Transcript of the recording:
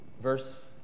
Verse